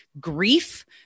grief